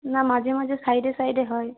না মাঝে মাঝে সাইডে সাইডে হয়